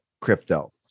crypto